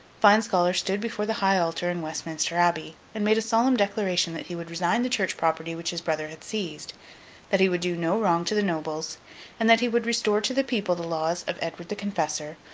fine-scholar stood before the high altar in westminster abbey, and made a solemn declaration that he would resign the church property which his brother had seized that he would do no wrong to the nobles and that he would restore to the people the laws of edward the confessor,